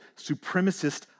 supremacist